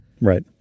right